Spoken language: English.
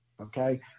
okay